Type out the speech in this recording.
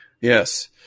Yes